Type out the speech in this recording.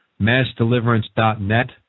massdeliverance.net